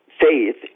Faith